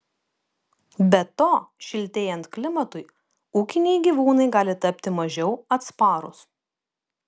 be to šiltėjant klimatui ūkiniai gyvūnai gali tapti mažiau atsparūs